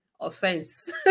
Offense